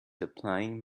applying